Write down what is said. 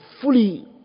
fully